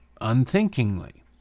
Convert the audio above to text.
unthinkingly